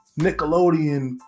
nickelodeon